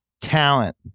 talent